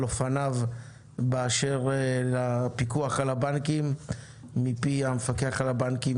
אופניו באשר לפיקוח על הבנקים מפי המפקח על הבנקים,